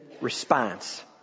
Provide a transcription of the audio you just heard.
response